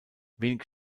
wenig